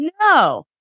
No